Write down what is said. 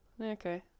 Okay